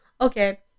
Okay